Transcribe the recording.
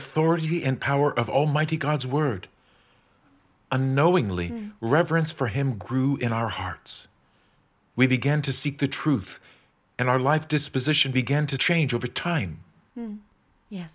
authority and power of almighty god's word unknowingly reverence for him grew in our hearts we began to seek the truth and our life disposition began to change over time ye